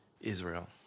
Israel